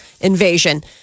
invasion